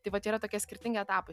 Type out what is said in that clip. tai vat yra tokie skirtingi etapai